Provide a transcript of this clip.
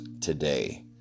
today